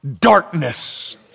darkness